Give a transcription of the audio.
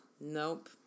Nope